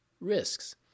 risks